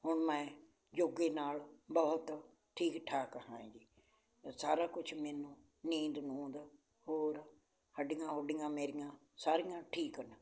ਹੁਣ ਮੈਂ ਯੋਗੇ ਨਾਲ ਬਹੁਤ ਠੀਕ ਠਾਕ ਹਾਂ ਜੀ ਸਾਰਾ ਕੁਛ ਮੈਨੂੰ ਨੀਂਦ ਨੂੰਦ ਹੋਰ ਹੱਡੀਆਂ ਹੁੱਡੀਆਂ ਮੇਰੀਆਂ ਸਾਰੀਆਂ ਠੀਕ ਹਨ